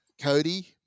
Cody